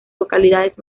localidades